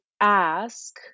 ask